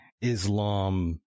Islam